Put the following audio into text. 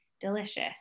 delicious